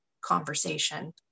conversation